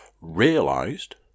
realised